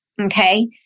okay